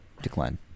Decline